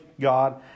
God